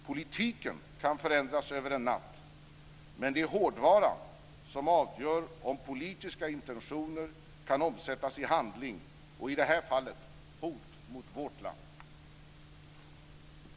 Politiken kan förändras över en natt, men det är hårdvaran som avgör om politiska intentioner kan omsättas i handling och i detta fall hot mot vårt land.